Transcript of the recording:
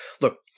Look